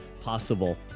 possible